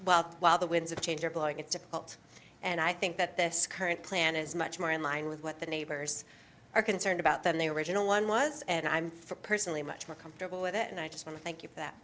well while the winds of change are blowing it's a cult and i think that this current plan is much more in line with what the neighbors are concerned about than the original one was and i'm personally much more comfortable with it and i just want to thank you for that